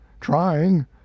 trying